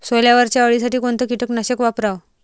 सोल्यावरच्या अळीसाठी कोनतं कीटकनाशक वापराव?